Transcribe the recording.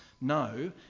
No